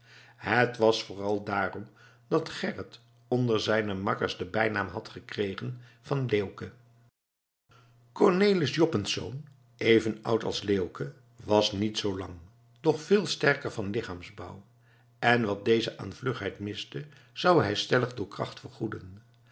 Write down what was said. het was vooral daarom dat gerrit onder zijne makkers den bijnaam had gekregen van leeuwke cornelis joppensz even oud als leeuwke was niet zoo lang doch veel sterker van lichaamsbouw en wat deze aan vlugheid miste zou hij stellig door kracht vergoeden